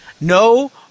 no